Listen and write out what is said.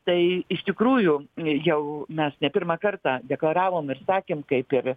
tai iš tikrųjų jau mes ne pirmą kartą deklaravom ir sakėm kaip ir